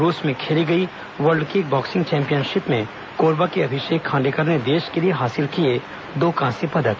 रूस में खेली गई वर्ल्ड किक बॉक्सिंग चैंपियनशिप में कोरबा के अभिषेक खांडेकर ने देश के लिए हासिल किए दो कांस्य पदक